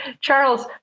Charles